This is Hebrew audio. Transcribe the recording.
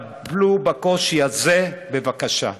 טפלו בקושי הזה בבקשה.